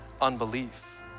unbelief